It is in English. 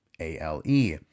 A-L-E